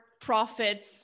profits